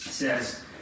Says